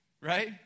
right